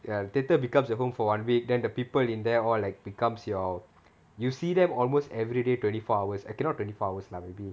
ya the theatre becomes your home for one week then the people in there all like becomes your you see them almost every day twenty four hours okay not twenty four hours lah maybe